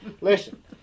Listen